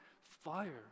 fire